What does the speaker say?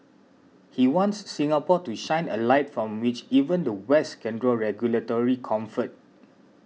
he wants Singapore to shine a light from which even the West can draw regulatory comfort